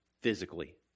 physically